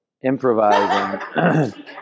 improvising